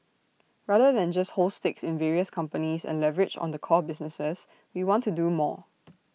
rather than just hold stakes in various companies and leverage on the core businesses we want to do more